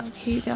he's